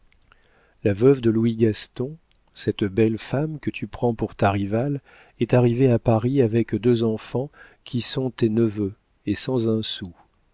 la veuve de louis gaston cette belle femme que tu prends pour ta rivale est arrivée à paris avec deux enfants qui sont tes neveux et sans un sou